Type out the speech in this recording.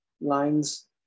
lines